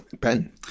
Ben